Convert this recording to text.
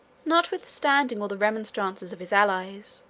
notwithstanding all the remonstrances of his allies,